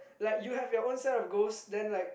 like you have your own set of goals then like